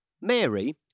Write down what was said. Mary